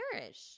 perish